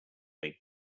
big